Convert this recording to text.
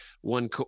one